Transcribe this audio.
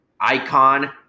Icon